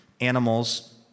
animals